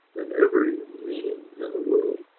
in every meeting in the world.